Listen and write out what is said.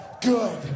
good